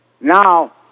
Now